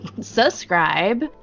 subscribe